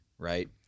Right